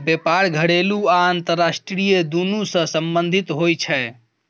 बेपार घरेलू आ अंतरराष्ट्रीय दुनु सँ संबंधित होइ छै